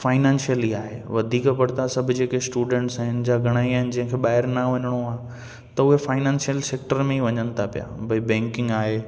financial ई आहे वधीक पड़ता सभु जेके स्टूडेंट्स आहिनि जा घणा ई आहिनि जा जंहिंखे ॿाहिरि न वञिणो आहे त उहे फाइनेंशियल सेक्टर में ई वञनि था पिया भाई बैंकिंग आहे